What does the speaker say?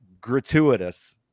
gratuitous